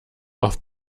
auf